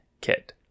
Kit